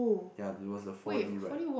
ya there was a four-D ride